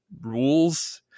rules